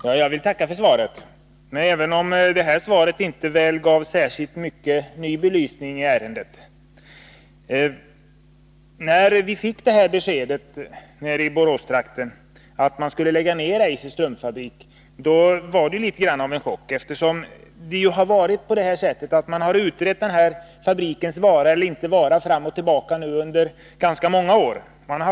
Herr talman! Jag tackar för svaret, även om det inte gav särskilt stor belysning av ärendet. När vi i Boråstrakten fick beskedet om nedläggning av Eisers strumpfabrik, innebar det litet av en chock, eftersom fabrikens vara eller inte vara har utretts fram och tillbaka under ganska många år.